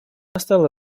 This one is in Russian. настало